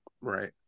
Right